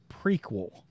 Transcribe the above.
prequel